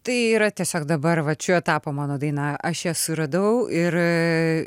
tai yra tiesiog dabar vat šiuo etapo mano daina aš ją suradau ir